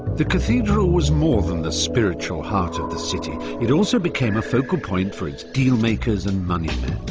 the cathedral was more than the spiritual heart of the city. it also became a focal point for its dealmakers and moneymen,